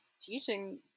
teaching